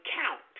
count